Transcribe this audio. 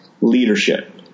leadership